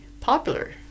popular